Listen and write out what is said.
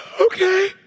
Okay